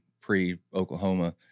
pre-Oklahoma